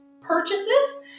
purchases